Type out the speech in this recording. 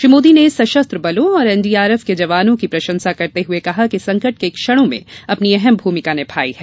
श्री मोदी ने सशस्त्र बलों और एनडीआरएफ के जवानों की प्रशंसा करते हुए कहा कि संकट के क्षणों में अपनी अहम भूमिका निभायी है